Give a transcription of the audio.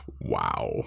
Wow